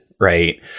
right